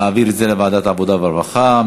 להעביר את זה לוועדת העבודה והרווחה.